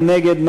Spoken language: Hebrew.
מי נגד?